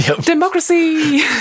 democracy